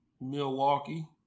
Milwaukee